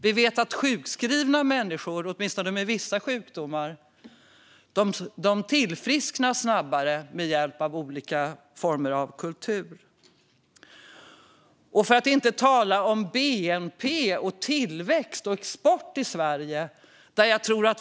Vi vet att sjukskrivna människor, åtminstone med vissa sjukdomar, tillfrisknar snabbare med hjälp av olika former av kultur - för att inte tala om bnp, tillväxt och export i Sverige.